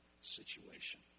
situation